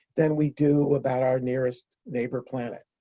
than we do about our nearest neighbor planet,